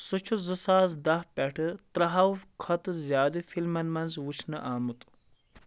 سُہ چھُ زٕ ساس دَہ پٮ۪ٹھٕ تٕرٛہو کھۄتہٕ زیادٕ فِلمن منٛز وٕچھنہٕ آمُت